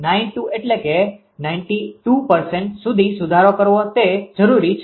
92 એટલે કે 92 સુધી સુધારો કરવા તે જરૂરી છે